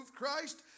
Christ